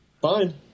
Fine